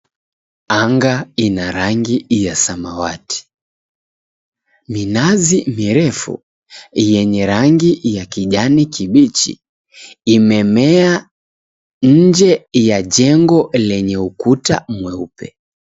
Anga ina rangi ya samawati. Minazi mirefu yenye rangi ya kijani kibichi imemea nje ya jengo lenye ukuta mweupe.